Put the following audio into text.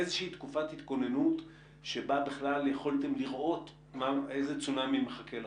איזושהי תקופת התכוננות שבה בכלל יכולתם לראות איזה צונאמי מחכה לכם?